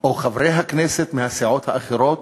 או חברי הכנסת מהסיעות האחרות